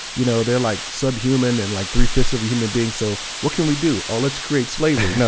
you know they're like subhuman and like three-fifths of a human being so what can we do ah let's create slavery. no.